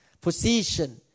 Position